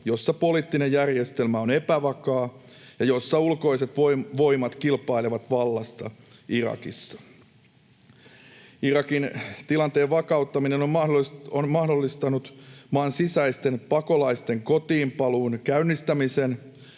jossa poliittinen järjestelmä on epävakaa ja jossa ulkoiset voimat kilpailevat vallasta Irakissa. Irakin tilanteen vakauttaminen on mahdollistanut maan sisäisten pakolaisten kotiinpaluun käynnistämisen